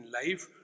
life